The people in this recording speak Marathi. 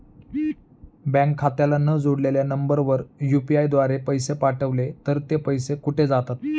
बँक खात्याला न जोडलेल्या नंबरवर यु.पी.आय द्वारे पैसे पाठवले तर ते पैसे कुठे जातात?